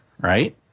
right